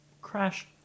crash